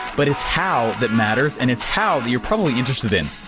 but it's how that matters, and it's how that you're probably interested in.